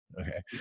okay